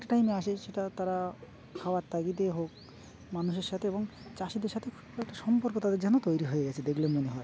এক টাইমে আসে সেটা তারা খাওয়ার তাগিতে হোক মানুষের সাথে এবং চাষিদের সাথে খুব একটা সম্পর্ক তাদের যেন তৈরি হয়ে গেছে দেখলে মনে হয়